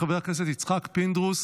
חבר הכנסת יצחק פינדרוס,